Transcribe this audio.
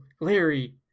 Larry